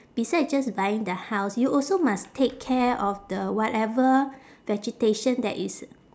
besides just buying the house you also must take care of the whatever vegetation that is